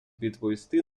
відповісти